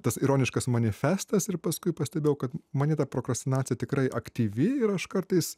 tas ironiškas manifestas ir paskui pastebėjau kad many ta prokrastinacija tikrai aktyvi ir aš kartais